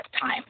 time